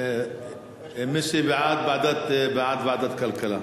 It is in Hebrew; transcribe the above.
מי שבעד, בעד ועדת כלכלה.